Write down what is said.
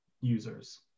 users